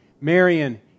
Marion